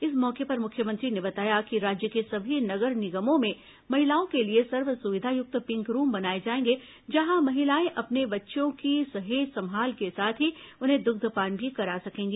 इस मौके पर मुख्यमंत्री ने बताया कि राज्य के सभी नगर निगमों में महिलाओं के लिए सर्व सुविधायुक्त पिंक रूम बनाए जाएंगे जहां महिलाएं अपने बच्चों की सहेज संभाल के साथ ही उन्हें दुग्धपान भी करा सकेंगी